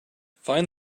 find